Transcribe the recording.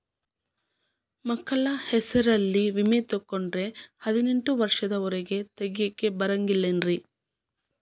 ಮಕ್ಕಳ ಹೆಸರಲ್ಲಿ ವಿಮೆ ತೊಗೊಂಡ್ರ ಹದಿನೆಂಟು ವರ್ಷದ ಒರೆಗೂ ತೆಗಿಯಾಕ ಬರಂಗಿಲ್ಲೇನ್ರಿ?